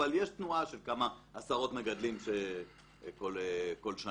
אבל יש תנועה של כמה עשרות מגדלים כל שנה.